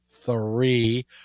three